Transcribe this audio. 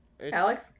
Alex